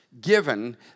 given